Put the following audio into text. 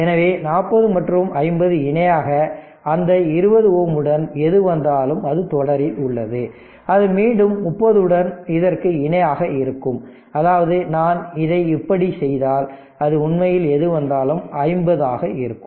எனவே 40 மற்றும் 50 இணையாக அந்த 20 Ω உடன் எது வந்தாலும் அது தொடரில் உள்ளது அது மீண்டும் 30 உடன் இதற்கு இணையாக இருக்கும் அதாவது நான் இதை இப்படிச் செய்தால் அது உண்மையில் எது வந்தாலும் 50 ஆக இருக்கும்